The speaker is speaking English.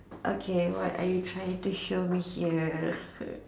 okay what are you trying to show me here